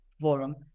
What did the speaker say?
forum